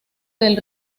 del